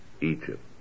Egypt